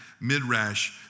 Midrash